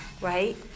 right